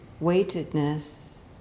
weightedness